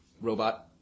robot